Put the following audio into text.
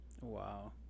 Wow